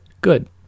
good